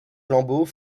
flambeaux